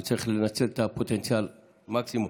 וצריך לנצל את הפוטנציאל במקסימום.